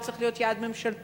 זה צריך להיות יעד ממשלתי,